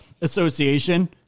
association